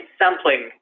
sampling